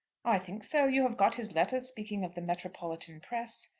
i think so. you have got his letter speaking of the metropolitan press?